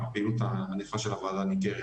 הפעילות הענפה של הוועדה ניכרת.